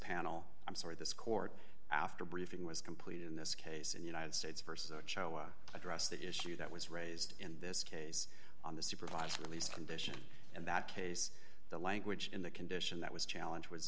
panel i'm sorry this court after briefing was completed in this case in united states versus choa address the issue that was raised in this case on the supervised release condition and that case the language in the condition that was challenge was